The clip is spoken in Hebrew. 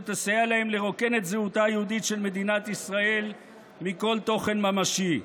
שתסייע להם לרוקן את זהותה היהודית של מדינת ישראל מכל תוכן ממשי.